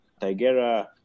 Tigera